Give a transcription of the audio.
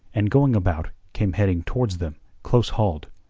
and going about came heading towards them, close-hauled.